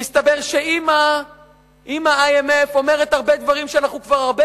מסתבר שאמא IMF אומרת הרבה דברים שאנחנו כבר הרבה